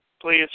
please